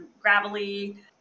gravelly